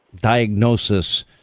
diagnosis